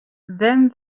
then